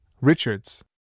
Richards